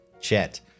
Chet